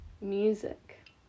Music